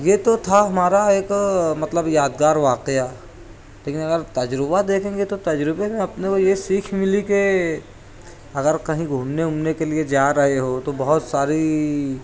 یہ تو تھا ہمارا ایک مطلب یادگار واقعہ لیکن اگر تجربہ دیکھیں گے تو تجربے میں اپنے کو یہ سیکھ ملی کہ اگر کہیں گھومنے اومنے کے لیے جا رہے ہو تو بہت ساری